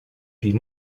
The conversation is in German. die